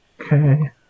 Okay